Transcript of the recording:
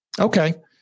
Okay